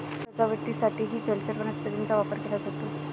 सजावटीसाठीही जलचर वनस्पतींचा वापर केला जातो